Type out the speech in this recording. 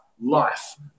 life